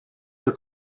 the